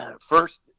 first